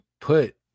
put